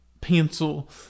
pencil